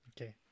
Okay